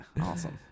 awesome